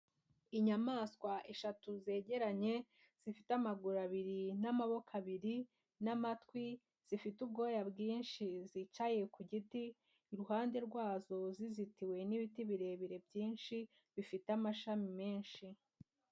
Inyamaswa eshatu zegeranye zifite amaguru abiri n'amaboko abiri n'amatwi, zifite ubwoya bwinshi zicaye ku giti, iruhande rwazo zizitiwe n'ibiti birebire byinshi bifite amashami menshi.